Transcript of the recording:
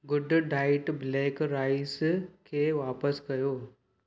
good diet black rice खे वापसि कयो